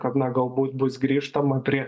kad na galbūt bus grįžtama prie